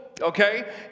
okay